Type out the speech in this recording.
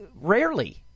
rarely